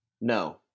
No